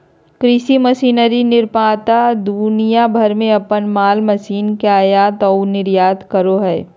कृषि मशीनरी निर्माता दुनिया भर में अपन माल मशीनों के आयात आऊ निर्यात करो हइ